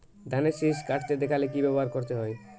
ধানের শিষ কাটতে দেখালে কি ব্যবহার করতে হয়?